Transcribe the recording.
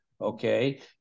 okay